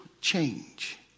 change